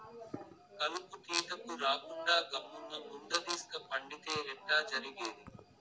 కలుపు తీతకు రాకుండా గమ్మున్న మున్గదీస్క పండితే ఎట్టా జరిగేది